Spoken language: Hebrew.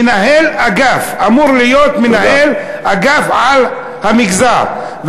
מנהל אגף אמור להיות מנהל אגף של המגזר,